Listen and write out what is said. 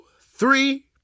three